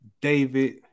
david